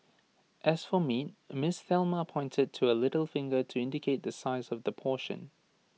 as for meat miss Thelma pointed to her little finger to indicate the size of the portion